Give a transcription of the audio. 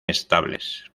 estables